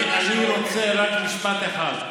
אני רוצה רק משפט אחד.